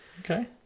Okay